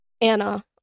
Anna